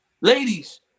Ladies